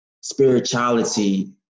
spirituality